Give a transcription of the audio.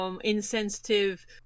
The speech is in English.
insensitive